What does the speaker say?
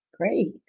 Great